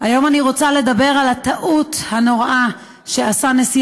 היום אני רוצה לדבר על הטעות הנוראה שעשה נשיא